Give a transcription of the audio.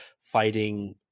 fighting